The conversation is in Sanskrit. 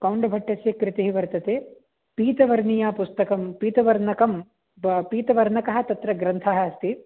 कौण्डभट्टस्य कृतिः वर्तते पीतवर्णीया पुस्तकं पीतवर्णकं पीतवर्णकः तत्र ग्रन्थः अस्ति